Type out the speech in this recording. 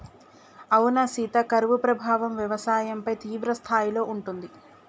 అవునా సీత కరువు ప్రభావం వ్యవసాయంపై తీవ్రస్థాయిలో ఉంటుంది